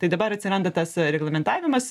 tai dabar atsiranda tas reglamentavimas